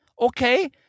Okay